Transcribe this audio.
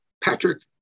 patrick